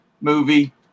movie